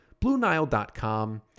BlueNile.com